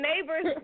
neighbors